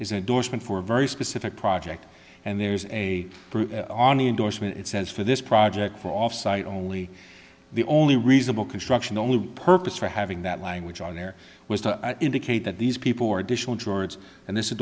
is endorsement for very specific project and there's a group on the endorsement it says for this project for off site only the only reasonable construction only purpose for having that language on there was to indicate that these people were additional george and this is